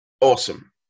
awesome